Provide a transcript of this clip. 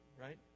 right